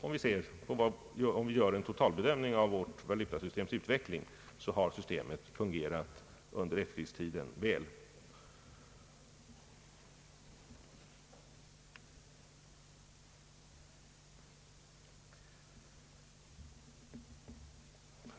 Om vi gör en totalbedömning av vårt valutasystems utveckling, finner vi att systemet fungerat väl under efterkrigstiden.